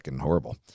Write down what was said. horrible